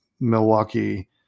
Milwaukee